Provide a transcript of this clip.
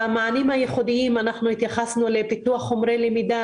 במענים הייחודים התייחסנו לפיתוח חומרי למידה